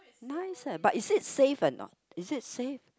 nice eh but is it safe or not is it safe